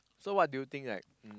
so what do you think like um